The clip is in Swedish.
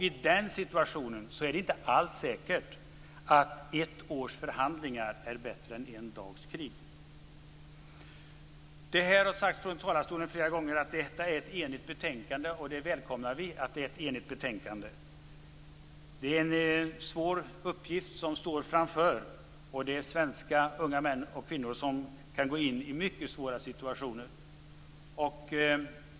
I den situationen är det inte alls säkert att ett års förhandlingar är bättre än en dags krig. Det har sagts från talarstolen flera gånger att utskottet är enigt om betänkandet, och det välkomnar vi. Det är en svår uppgift som står framför oss, och det är svenska unga män och kvinnor som skall gå in i mycket svåra situationer.